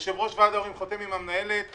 יושב-ראש ועד הורים חותם עם המנהלת,